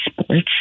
sports